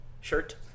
Shirt